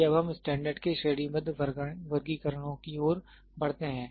आइए अब हम स्टैंडर्ड के श्रेणीबद्ध वर्गीकरणों की ओर बढ़ते हैं